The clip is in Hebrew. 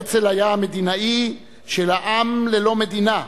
הרצל היה מדינאי של עם ללא מדינה,